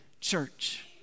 church